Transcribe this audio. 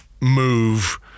move